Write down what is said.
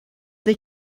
they